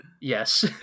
Yes